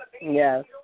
Yes